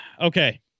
okay